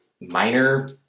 minor